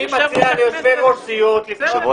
אני מציע ליושבי-ראש סיעות לפנות